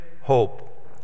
hope